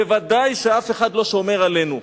בוודאי שאף אחד לא שומר עלינו.